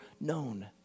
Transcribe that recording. known